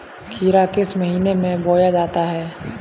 खीरा किस महीने में बोया जाता है?